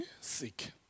sick